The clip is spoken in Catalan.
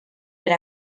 per